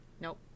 Nope